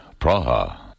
Praha